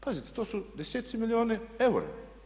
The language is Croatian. Pazite to su deseci milijuna eura.